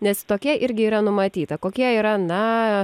nes tokia irgi yra numatyta kokie yra na